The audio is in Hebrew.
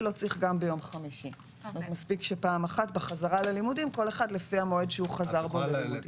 מה שלא אמור להיות עד גיל 12 כי הם עוד לא יכולים להתחסן,